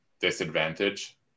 disadvantage